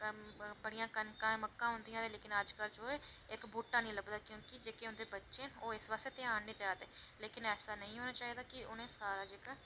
बड़ियां कनकां ते मक्कां होंदियां ते अजकल केह् ऐ इक्क बूह्टा निं लभदा ऐ की के जेह्के बच्चे न ओह् इस्स पास्सै ध्यान निं देआ दे लेकिन ऐसा नेईं होना चाहिदा कि उनें सारा जेह्का